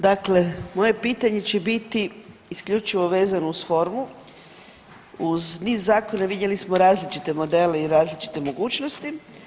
Dakle, moje pitanje će biti isključivo vezano uz formu, uz niz zakona vidjeli smo različite modele i različite mogućnosti.